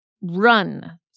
run